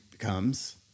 comes